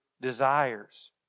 desires